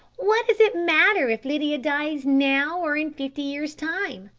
what does it matter if lydia dies now or in fifty years time?